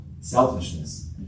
selfishness